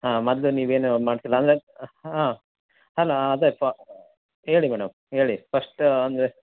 ಹಾಂ ಮದ್ಲು ನೀವೇನು ಮಾಡಿಸಿಲ್ಲ ಅಂದರೆ ಹಾಂ ಅಲ್ಲಾ ಅದೆ ಫ ಹೇಳಿ ಮೇಡಮ್ ಹೇಳಿ ಪಸ್ಟ್ ಅಂದರೆ